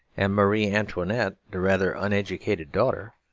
and marie antoinette the rather uneducated daughter,